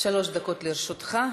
שלוש דקות לרשותך.